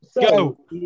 Go